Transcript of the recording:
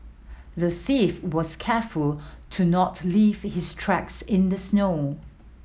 the thief was careful to not leave his tracks in the snow